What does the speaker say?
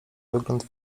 wygląd